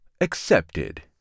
Accepted